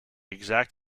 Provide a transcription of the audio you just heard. exact